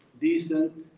decent